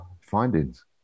findings